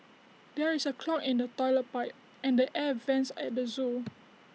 there is A clog in the Toilet Pipe and the air Vents at the Zoo